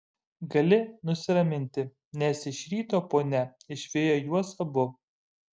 gali nusiraminti nes iš ryto ponia išvijo juos abu